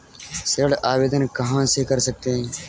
ऋण आवेदन कहां से कर सकते हैं?